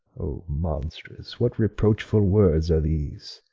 o monstrous! what reproachful words are these?